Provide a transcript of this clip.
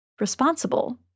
responsible